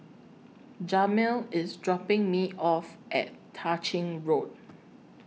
Jamil IS dropping Me off At Tah Ching Road